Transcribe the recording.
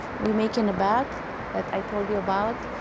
we make in the back that i told you about,